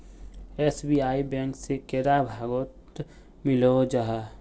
SBI bank से कैडा भागोत मिलोहो जाहा?